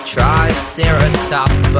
Triceratops